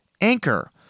Anchor